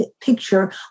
picture